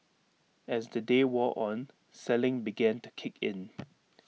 as the day wore on selling began to kick in